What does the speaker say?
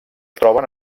troben